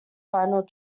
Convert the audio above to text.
final